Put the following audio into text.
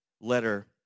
letter